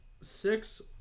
six